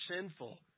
sinful